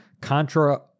Contra